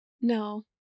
No